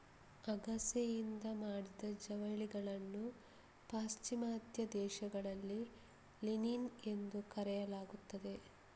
ಅಗಸೆಯಿಂದ ಮಾಡಿದ ಜವಳಿಗಳನ್ನು ಪಾಶ್ಚಿಮಾತ್ಯ ದೇಶಗಳಲ್ಲಿ ಲಿನಿನ್ ಎಂದು ಕರೆಯಲಾಗುತ್ತದೆ